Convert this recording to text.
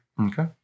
Okay